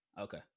Okay